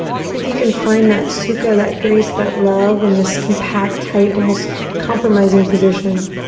see if you can find that sukha, that grace, that love in this compact, tight, almost compromising position.